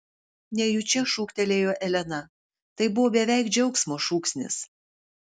nejučia šūktelėjo elena tai buvo beveik džiaugsmo šūksnis